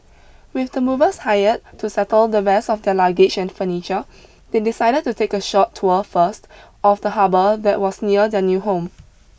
with the movers hired to settle the rest of their luggage and furniture they decided to take a short tour first of the harbour that was near their new home